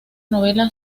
novela